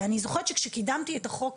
אני זוכרת שכשקידמתי את החוק,